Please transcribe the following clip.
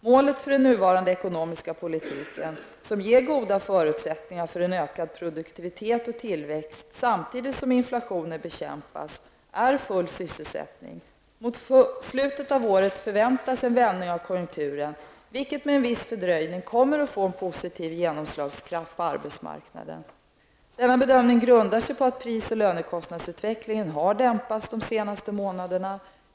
Målet för den nuvarande ekonomiska politiken, som ger goda förutsättningar för en ökad produktivitet och tillväxt samtidigt som inflationen bekämpas, är full sysselsättning. Mot slutet av året förväntas en vändning av konjunkturen vilken med en viss fördröjning kommer att få en positiv genomslagskraft på arbetsmarknaden. Denna bedömning grundar sig på att pris och lönekostnadsutvecklingen har dämpats de senaste månaderna.